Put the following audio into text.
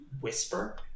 whisper